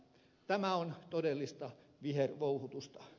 tämä on todellista vihervouhotusta